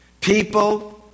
People